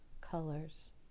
colors